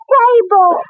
table